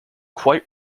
quite